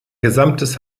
gesamtes